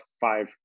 five